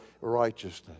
righteousness